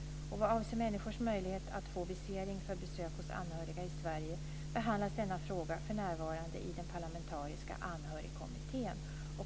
Vad avser människors möjlighet att få visering för besök hos anhöriga i Sverige behandlas denna fråga för närvarande i den parlamentariska anhörigkommittén.